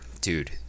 dude